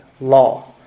law